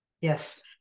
Yes